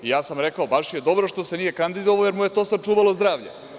Ja sam rekao – baš je dobro što se nije kandidovao jer mu je to sačuvalo zdravlje.